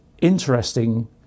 interesting